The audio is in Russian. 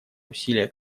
усилия